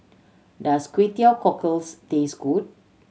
does Kway Teow Cockles taste good